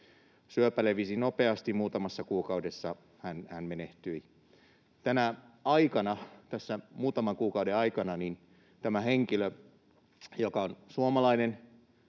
Syöpä levisi nopeasti, muutamassa kuukaudessa hän menehtyi. Tänä aikana, tässä muutaman kuukauden aikana — tämä henkilö on suomalainen,